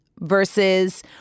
versus